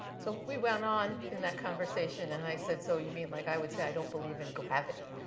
so we went on in that conversation. and i said, so you mean like i would say i don't believe in gravity.